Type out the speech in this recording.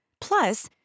Plus